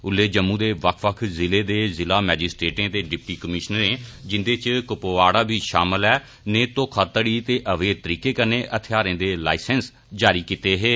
उल्लै जम्मू दे बक्ख बक्ख जिले दे जिला मैजिस्ट्रेटें ते डिप्टी कमीश्नरें जेदे इच कुपवाड़ा बी शामिल नै घोखाघड़ी ते अवैध तरीकै नै हथियारें दे लाईसैंस जारी कीते हे